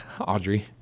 Audrey